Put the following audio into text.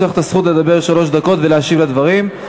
יש לך הזכות לדבר שלוש דקות ולהשיב לדברים.